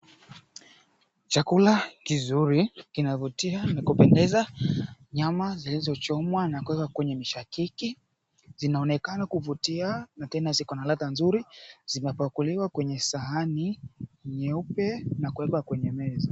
Chakula kizuri kinavutia na kupendeza nyama zilizochomwa na kuwekwa kwenye mshakiki zinaonekana kuvutia na tena ziko na ladha nzuri zimepakuliwa kwenye sahani nyeupe na kuwekwa kwenye meza.